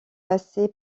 passer